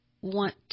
want